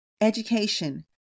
education